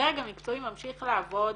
הדרג המקצועי ממשיך לעבוד